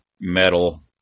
metal